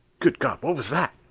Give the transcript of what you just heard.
good god, what was that?